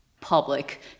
public